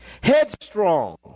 headstrong